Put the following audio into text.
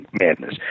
madness